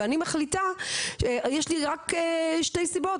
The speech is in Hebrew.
ואני מחליטה יש לי רק שתי סיבות,